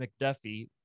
McDuffie